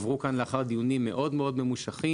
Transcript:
עברו לאחר דיונים מאוד ממושכים.